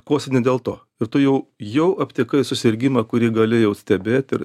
kosi ne dėl to ir tu jau jau aptikai susirgimą kurį galėji stebėt ir